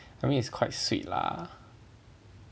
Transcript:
I mean it's quite sweet lah